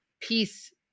peace